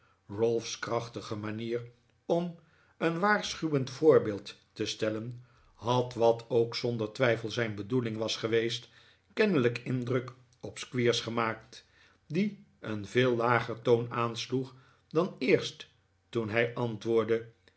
ralph's krachtige manier om een waarschuwend voorbeeld te stellen had wat ook zonder twijfel zijn bedoeling was geweest kennelijk indruk op squeers gemaakt die een veel lager toon aansloeg dan eerst toen hij antwoordde